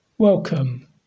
Welcome